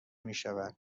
میشود